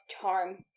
charm